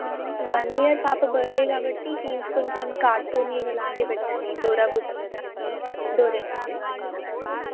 one year పాప birthday కాబట్టి please కొంచెం కార్టూన్ ఇవి అలాంటివి పెట్టండి డోరాబుజీ కానీ డోరెమాన్ కానీ అలాంటివి